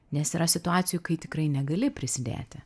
nes yra situacijų kai tikrai negali prisidėti